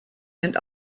and